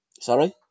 Sorry